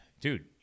Dude